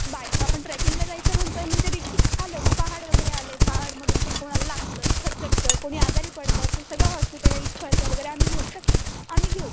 bye आपण ट्रॅकिंगला जायचं म्हणतो आहे म्हणजे रिक्स आलंच पहाड वगैरे आले आहेत पहाडमधून काही कोणाला लागतं खरचटतं कोणी आजारी पडतत सगळं हॉस्पिटलाईज खर्च वगैरे आम्ही घेऊ शक आम्ही घेऊ